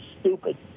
stupid